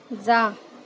जा